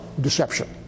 deception